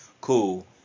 Cool